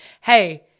hey